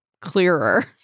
clearer